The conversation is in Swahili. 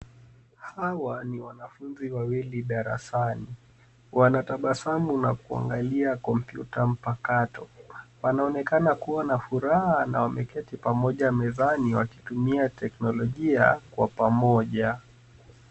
Hawa ni wanafunzi wawili darasani. Wanatabasamu na kuangalia kompyuta mpakato. Wanaonekana kuwa na furaha na wameketi pamoja mezani wakitumia teknolojia kwa pamoja.